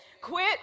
Quit